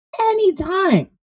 anytime